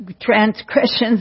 transgressions